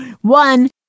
one